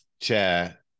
chair